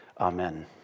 Amen